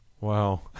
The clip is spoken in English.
Wow